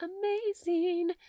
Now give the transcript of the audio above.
amazing